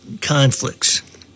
conflicts